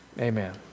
Amen